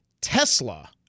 tesla